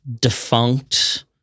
defunct